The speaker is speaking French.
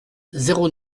zéro